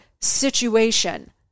situation